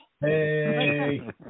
Hey